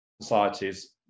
societies